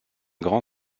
grand